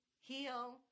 heal